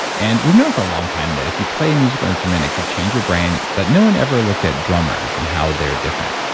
and we've known for a long time that if you play a musical instrument, it could change your brain, but no one ever looked at drummers and how they're different.